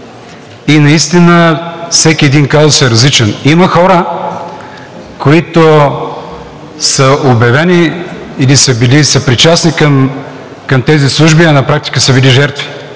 и наистина всеки един казус е различен. Има хора, които са обявени или са били съпричастни към тези служби, а на практика са били жертви.